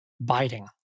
biting